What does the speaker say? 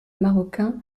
marocain